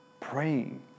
praying